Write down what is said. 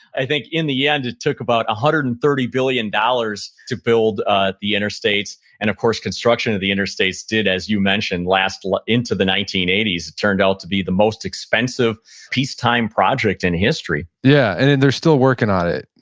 i think in the end, it took about one hundred and thirty billion dollars to build ah the interstates, and of course construction of the interstates did, as you mention, last like into the nineteen eighty s. it turned out to be the most expensive peacetime project in history yeah and they're still working on it,